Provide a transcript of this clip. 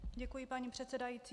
Děkuji, paní předsedající.